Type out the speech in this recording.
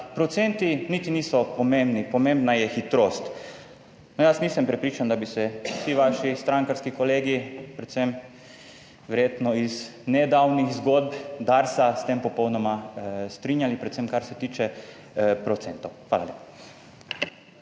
procenti niti niso pomembni, pomembna je hitrost. Jaz nisem prepričan, da bi se vsi vaši strankarski kolegi, predvsem verjetno iz nedavnih zgodb Darsa, s tem popolnoma strinjali, predvsem kar se tiče procentov. Hvala lepa.